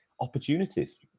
opportunities